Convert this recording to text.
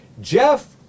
Jeff